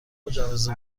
مجوز